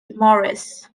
maurice